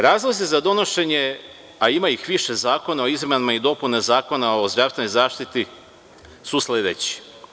Razlozi za donošenje, a ima ih više, zakona o izmenama i dopunama Zakona o zdravstvenoj zaštiti su sledeći.